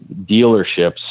dealerships